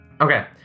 Okay